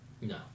No